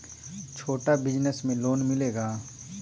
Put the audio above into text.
छोटा बिजनस में लोन मिलेगा?